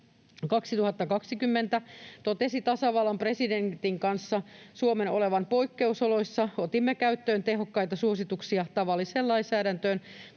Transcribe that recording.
16.3.2020 totesi tasavallan presidentin kanssa Suomen olevan poikkeusoloissa, otimme käyttöön tehokkaita suosituksia, tavalliseen lainsäädäntöön